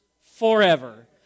forever